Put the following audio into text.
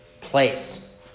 place